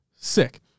Sick